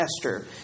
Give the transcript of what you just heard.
Esther